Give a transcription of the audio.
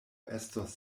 estos